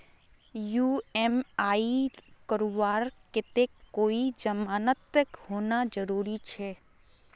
EMI करवार केते कोई जमानत होना जरूरी छे?